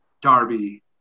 Darby